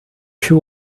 she